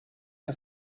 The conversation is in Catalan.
que